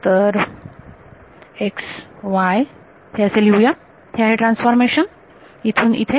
तर x y हे असे लिहू या हे आहे ट्रान्सफॉर्मेशन इथून इथे